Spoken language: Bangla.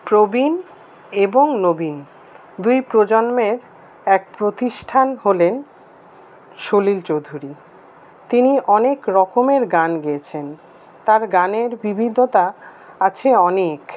প্রবীণ এবং নবীন দুই প্রজন্মের এক প্রতিষ্ঠান হলেন সলিল চৌধুরী তিনি অনেক রকমের গান গেয়েছেন তার গানের বিবিধতা আছে অনেক